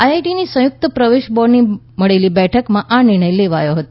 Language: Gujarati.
આઇઆઇટીની સંયુકત પ્રવેશ બોર્ડની મળેલી બેઠકમાં આ નિર્ણય લેવાયો હતો